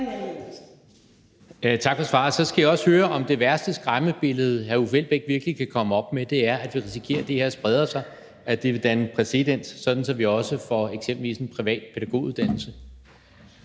Tak for svaret. Så skal jeg også høre, om det værste skræmmebillede, hr. Uffe Elbæk kan komme op med, virkelig er, at vi risikerer, at det her spreder sig, at det vil danne præcedens, sådan at vi også får eksempelvis en privat pædagoguddannelse.